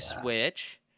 Switch